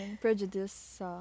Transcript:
Prejudice